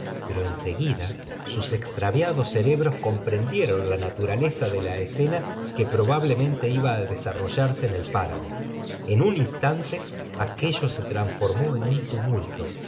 pero en seguida sus extraviados cerebros comprendieron la naturaleza da la escena que probablemente iba á desarrollarla se en el páramo en un instante aquello se trans formó en un tumulto